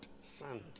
sand